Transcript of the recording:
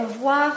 voir